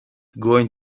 going